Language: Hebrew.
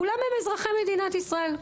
כולנו אזרחי מדינת ישראל,